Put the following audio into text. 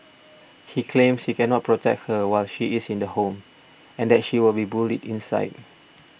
he claims he cannot protect her while she is in the home and that she would be bullied inside